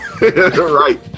right